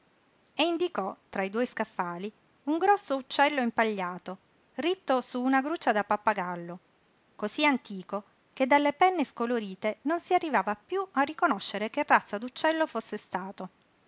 e indicò tra i due scaffali un grosso uccello impagliato ritto su una gruccia da pappagallo cosí antico che dalle penne scolorite non si arrivava piú a riconoscere che razza d'uccello fosse stato